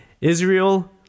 Israel